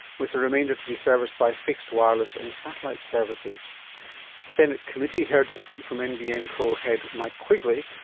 with the remainder to be serviced by fixed wireless and satellite services. a senate committee heard this week from nbn co head, mike quigley,